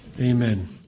Amen